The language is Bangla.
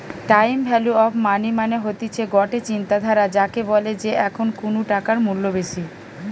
টাইম ভ্যালু অফ মানি মানে হতিছে গটে চিন্তাধারা যাকে বলে যে এখন কুনু টাকার মূল্য বেশি